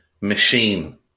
machine